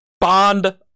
Bond-